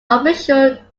official